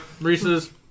Reese's